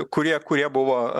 kurie kurie buvo